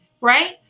right